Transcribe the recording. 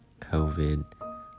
COVID